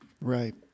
Right